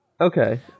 Okay